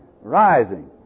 Rising